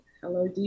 Hello